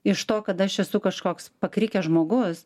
iš to kad aš esu kažkoks pakrikęs žmogus